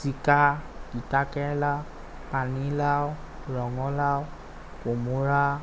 জিকা তিতাকেৰেলা পানীলাও ৰঙলাও কোমোৰা